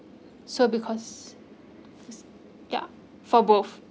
so because ya for both